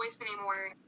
anymore